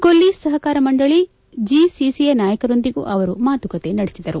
ಕೊಲ್ಲಿ ಸಹಕಾರ ಮಂಡಳಿ ಜಿಸಿಸಿಯ ನಾಯಕರೊಂದಿಗೂ ಅವರು ಮಾತುಕತೆ ನಡೆಸಿದರು